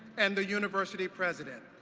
and the university president.